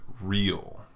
real